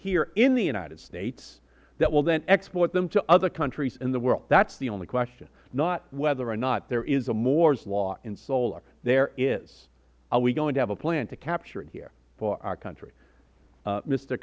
here in the united states that will then export them to other countries in the world that is the only question not whether or not there is a moore's law in solar there is are we going to have a plan to capture it here for our country